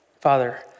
Father